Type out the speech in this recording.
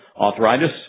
arthritis